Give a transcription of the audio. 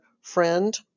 friend